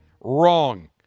wrong